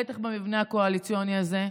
בטח במבנה הקואליציוני הזה.